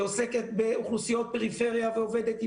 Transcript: שעוסקת באוכלוסיות פריפריה ועובדת עם